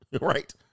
right